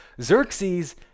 Xerxes